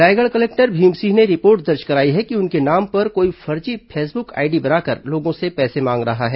Raigarh collector Bhim Singh ने report दर्ज कराई है कि उनके नाम पर कोई फर्जी फेसबुक आईडी बनाकर लोगों से पैसे मांग रहा है